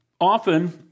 often